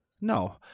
no